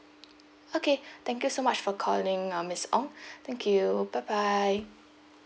okay thank you so much for calling uh miss ong thank you bye bye